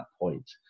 point